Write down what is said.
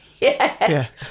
Yes